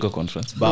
conference